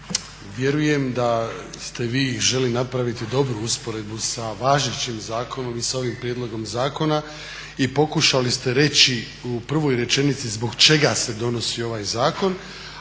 vjerujem da ste vi željeli napraviti dobru usporedbu sa važećim zakonom i sa ovim prijedlogom zakona i pokušali ste reći u prvoj rečenici zbog čega se donosi ovaj zakon,